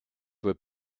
were